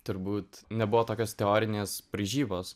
turbūt nebuvo tokios teorinės braižybos